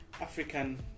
African